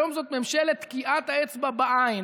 היום זאת ממשלת תקיעת האצבע בעין.